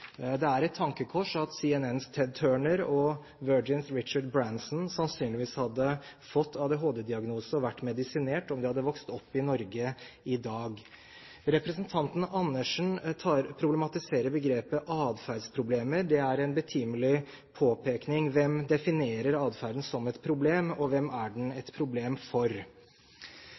Det er et tankekors at CNNs Ted Turner og Virgins Richard Branson sannsynligvis hadde fått ADHD-diagnose og vært medisinert om de hadde vokst opp i Norge i dag. Representanten Andersen problematiserer begrepet atferdsproblemer. Det er en betimelig påpekning. Hvem definerer atferden som et problem, og hvem er den et problem for?